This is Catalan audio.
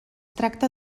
tracta